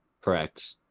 Correct